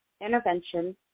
intervention